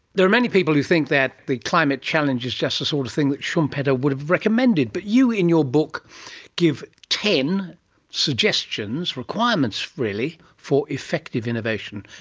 there are many people who think that the climate challenge is just the sort of thing that schumpeter would have recommended, but you and your book give ten suggestions, requirements really, for effective innovation.